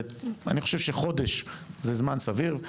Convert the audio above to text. אני חושב שחודש זה זמן סביר.